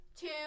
two